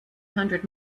hundred